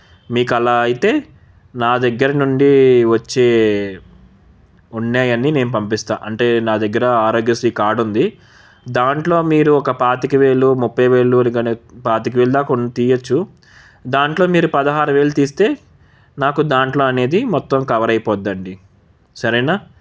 మీకలా అయితే నా దగ్గర నుండి వచ్చే ఉన్నేయని నేను పంపిస్తా అంటే నా దగ్గర ఆరోగ్యశ్రీ కార్డుంది దాంట్లో మీరు ఒక పాతిక వేలు ముప్పై వేలు ఊరిగనే పాతిక వేలు దాకా తీయవచ్చు దాంట్లో మీరు పదహారు వేలు తీస్తే నాకు దాంట్లో అనేది మొత్తం కవరైపోద్దండి సరేనా